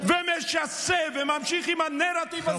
ומשסה וממשיך עם הנרטיב הזה.